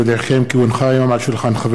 כי הונחה היום על שולחן הכנסת,